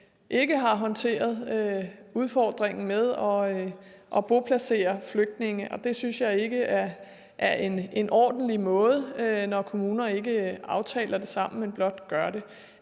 ikke har håndteret udfordringen med at boplacere flygtninge på, og jeg synes ikke, det er en ordentlig måde, når kommuner ikke aftaler det sammen, men blot gør det.